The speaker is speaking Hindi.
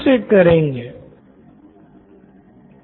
श्याम पढ़ाई मे अच्छा रहने के लिए